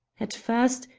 at first,